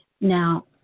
Now